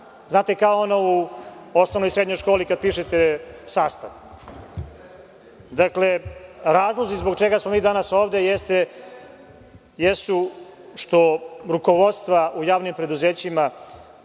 kao u osnovnoj i srednjoj školi kad pišete sastav. Dakle, razlozi zbog čega smo mi danas ovde jesu što rukovodstva u javnim preduzećima